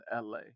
LA